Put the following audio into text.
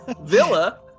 Villa